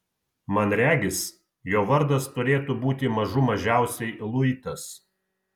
man regis jo vardas turėtų būti mažų mažiausiai luitas